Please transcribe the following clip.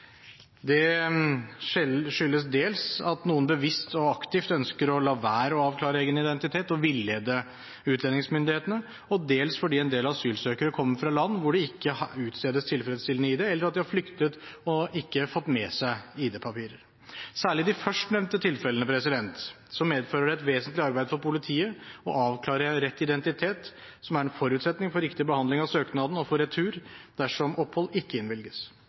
identitet. Det skyldes dels at noen bevisst og aktivt ønsker å la være å avklare egen identitet og villede utlendingsmyndighetene, og dels at en del asylsøkere kommer fra land hvor det ikke utstedes tilfredsstillende id, eller at de har flyktet og ikke fått med seg id-papirer. Særlig i de førstnevnte tilfellene medfører det et vesentlig arbeid for politiet å avklare rett identitet, noe som er en forutsetning for riktig behandling av søknaden og for retur dersom opphold ikke innvilges.